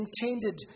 intended